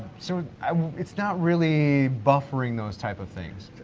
so it's not really buffering those type of things.